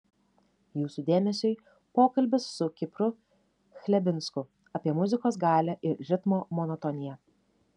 jūsų dėmesiui pokalbis su kipru chlebinsku apie muzikos galią ir ritmo monotoniją